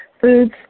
Foods